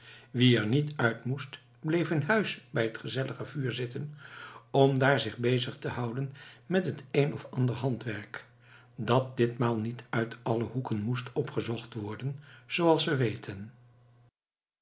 wie er niet uit moest bleef in huis bij het gezellige vuur zitten om daar zich bezig te houden met het een of ander handwerk dat ditmaal niet uit alle hoeken moest opgezocht worden zooals we weten